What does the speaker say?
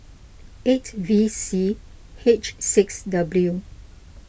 eight V C H six W